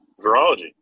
virology